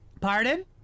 Pardon